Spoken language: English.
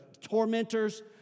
tormentors